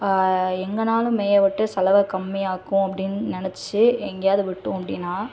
எங்கேனாலும் மேய விட்டு செலவை கம்மி ஆக்கும் அப்படின் நினைச்சு எங்கேயாவது விட்டோம் அப்படின்னா